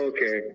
Okay